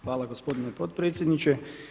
Hvala gospodine potpredsjedniče.